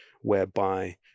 whereby